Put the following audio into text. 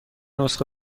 نسخه